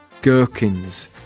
gherkins